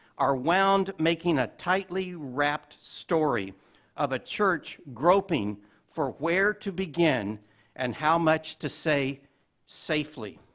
are wound, making a tightly wrapped story of a church groping for where to begin and how much to say safely.